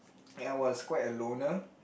I was quite a loner